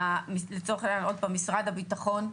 לצורך העניין, משרד הביטחון,